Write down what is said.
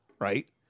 right